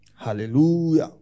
Hallelujah